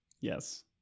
Yes